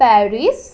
Paris